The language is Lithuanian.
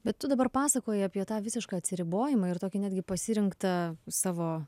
bet tu dabar pasakoji apie tą visišką atsiribojimą ir tokį netgi pasirinktą savo